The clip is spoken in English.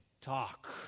talk